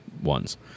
ones